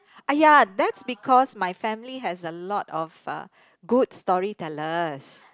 ah ya that's because my family has a lot of uh good story tellers